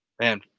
man